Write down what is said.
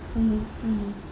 mm mm